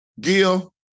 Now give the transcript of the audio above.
Gil